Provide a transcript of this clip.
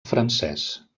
francès